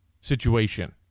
situation